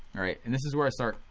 and this is where i start,